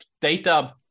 data